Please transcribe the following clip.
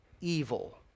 evil